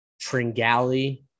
Tringali